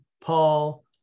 Paul